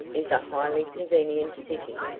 is a highly convenient city,